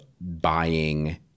buying